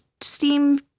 steam